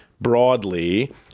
broadly